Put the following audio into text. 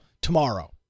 tomorrow